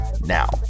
now